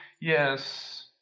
Yes